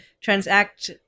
transact